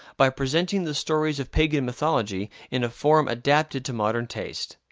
by presenting the stories of pagan mythology in a form adapted to modern taste.